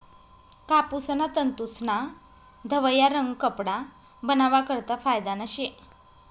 कापूसना तंतूस्ना धवया रंग कपडा बनावा करता फायदाना शे